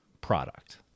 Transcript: product